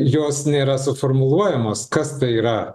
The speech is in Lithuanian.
jos nėra suformuluojamos kas tai yra